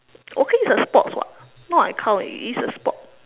walking is a sports [what] not I count eh it is a sport